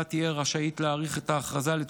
נחקור הכול עד